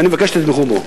ואני מבקש שתתמכו בו.